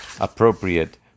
appropriate